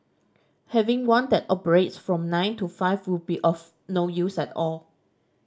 having one that operates from nine to five will be of no use at all